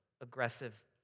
aggressive